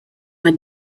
the